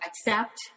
accept